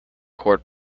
court